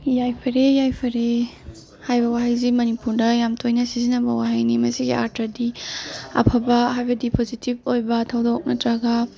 ꯌꯥꯏꯐꯔꯦ ꯌꯥꯏꯐꯔꯦ ꯍꯥꯏꯕ ꯋꯥꯍꯩꯁꯤ ꯃꯅꯤꯄꯨꯔꯗ ꯌꯥꯝ ꯇꯣꯏꯅ ꯁꯤꯖꯤꯟꯅꯕ ꯋꯥꯍꯩꯅꯤ ꯃꯁꯤꯒꯤ ꯑꯥꯔꯊꯗꯤ ꯑꯐꯕ ꯍꯥꯏꯕꯗꯤ ꯄꯣꯖꯤꯇꯤꯞ ꯑꯣꯏꯕ ꯊꯧꯗꯣꯛ ꯅꯇ꯭ꯔꯒ